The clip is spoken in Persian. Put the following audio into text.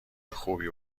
خوبی